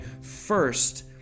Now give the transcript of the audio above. first